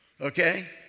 Okay